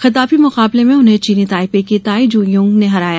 खिताबी मुकाबले में उन्हें चीनी ताइपे की ताई जू युंग ने हराया